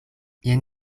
jen